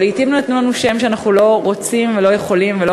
אבל לעתים נתנו לנו שם שאנחנו לא רוצים ולא יכולים ולא